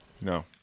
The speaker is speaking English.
no